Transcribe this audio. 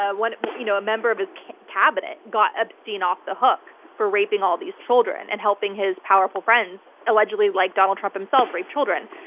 ah you know member of his cabinet got epstein off the hook for raping all these children and helping his powerful friends, allegedly, like donald trump himself, rape children.